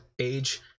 age